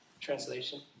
translation